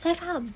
saya faham